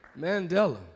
Mandela